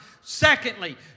Secondly